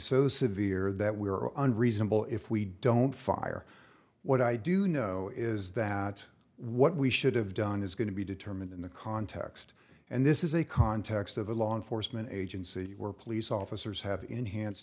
so severe that we are unreadable if we don't fire what i do know is that what we should have done is going to be determined in the context and this is a context of a law enforcement agency where police officers have enhance